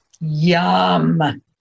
Yum